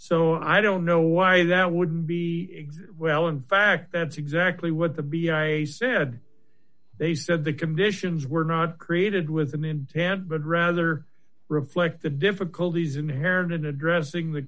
so i don't know why that wouldn't be well in fact that's exactly what the b i said they said the conditions were not created with an intent but rather reflect the difficulties inherited addressing the